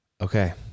okay